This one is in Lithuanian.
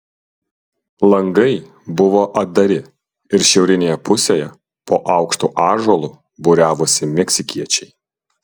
langai buvo atdari ir šiaurinėje pusėje po aukštu ąžuolu būriavosi meksikiečiai